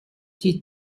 die